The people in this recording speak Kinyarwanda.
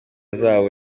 zabo